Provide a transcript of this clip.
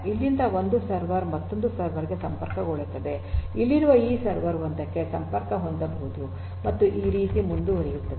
ಇಲ್ಲಿಂದ ಒಂದು ಸರ್ವರ್ ಮತ್ತೊಂದು ಸರ್ವರ್ ಗೆ ಸಂಪರ್ಕಗೊಳ್ಳಲಿದೆ ಇಲ್ಲಿರುವ ಈ ಸರ್ವರ್ ಒಂದಕ್ಕೆ ಸಂಪರ್ಕ ಹೊಂದಬಹುದು ಮತ್ತು ಈ ರೀತಿ ಇದು ಮುಂದುವರಿಯುತ್ತದೆ